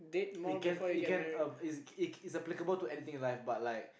it can it can um it it's applicable to anything in life but like